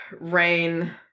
Rain